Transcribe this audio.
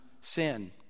sin